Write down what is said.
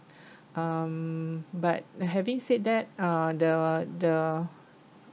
um but having said that uh the the